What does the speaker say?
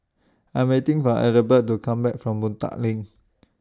I'm waiting For Adelbert to Come Back from Boon Tat LINK